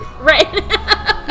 Right